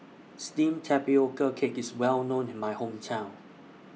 Steamed Tapioca Cake IS Well known in My Hometown